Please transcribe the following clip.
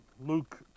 Luke